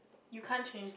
you can't change